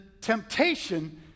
temptation